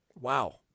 Wow